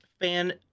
fan